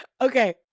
Okay